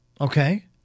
Okay